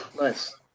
Nice